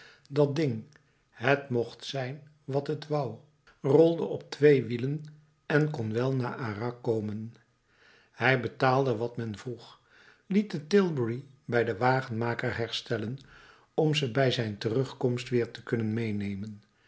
dat ding het mocht zijn wat het wou rolde op twee wielen en kon wel naar arras komen hij betaalde wat men vroeg liet de tilbury bij den wagenmaker herstellen om ze bij zijn terugkomst weer te kunnen meenemen